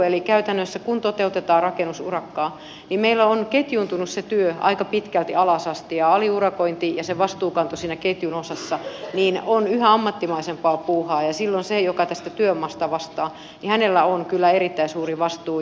eli käytännössä kun toteutetaan rakennusurakkaa meillä on ketjuuntunut se työ aika pitkälti alas asti ja aliurakointi ja se vastuunkanto siinä ketjun osassa ovat yhä ammattimaisempaa puuhaa ja silloin sillä joka tästä työmaasta vastaa on kyllä erittäin suuri vastuu